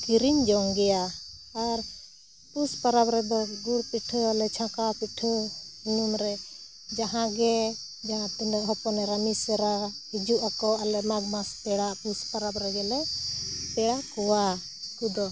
ᱠᱤᱨᱤᱧ ᱡᱚᱝ ᱜᱮᱭᱟ ᱟᱨ ᱯᱩᱥ ᱯᱚᱨᱚᱵᱽ ᱨᱮᱫᱚ ᱜᱩᱲ ᱯᱤᱴᱷᱟᱹᱭᱟᱞᱮ ᱪᱷᱟᱸᱠᱟᱣ ᱯᱤᱴᱷᱟᱹ ᱥᱩᱱᱩᱢ ᱨᱮ ᱡᱟᱦᱟᱸᱜᱮ ᱡᱟᱦᱟᱸᱛᱤᱱᱟᱹᱜ ᱦᱚᱯᱚᱱ ᱮᱨᱟ ᱢᱤᱥᱨᱟ ᱦᱤᱡᱩᱜ ᱟᱠᱚ ᱟᱞᱮ ᱢᱟᱜᱽᱢᱟᱥ ᱯᱮᱲᱟ ᱯᱩᱥ ᱯᱟᱨᱟᱵᱽ ᱨᱮᱜᱮᱞᱮ ᱯᱮᱲᱟ ᱠᱚᱣᱟ ᱩᱱᱠᱩ ᱫᱚ